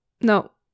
No